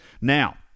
Now